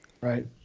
right